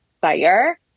fire